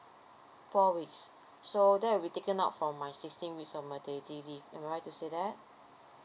four weeks so that will be taken out for my sixteen weeks of my maternity leave am I right to say that